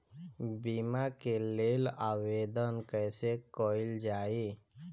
बीमा के लेल आवेदन कैसे कयील जाइ?